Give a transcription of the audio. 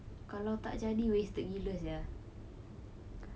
kalau tak jadi wasted gila sia